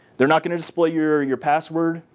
they're not going to display your your password.